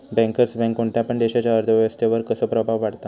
Bankers bank कोणत्या पण देशाच्या अर्थ व्यवस्थेवर कसो प्रभाव पाडता?